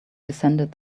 descended